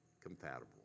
compatible